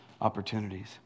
opportunities